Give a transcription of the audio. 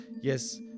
yes